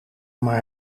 maar